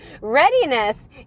Readiness